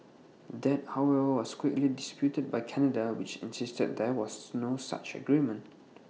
that however was quickly disputed by Canada which insisted that there was no such agreement